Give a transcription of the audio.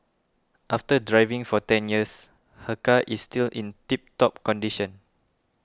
after driving for ten years her car is still in tip top condition